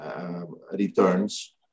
returns